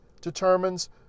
determines